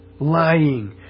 Lying